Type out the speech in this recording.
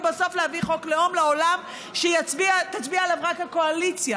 ובסוף להביא לעולם חוק לאום שתצביע עליו רק הקואליציה.